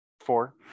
Four